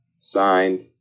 signed